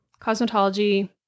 cosmetology